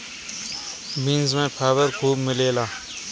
beans में fibre खूब मिलेला